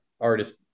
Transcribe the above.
artist